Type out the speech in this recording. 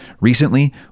Recently